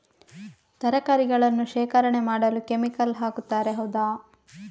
ತರಕಾರಿಗಳನ್ನು ಶೇಖರಣೆ ಮಾಡಲು ಕೆಮಿಕಲ್ ಹಾಕುತಾರೆ ಹೌದ?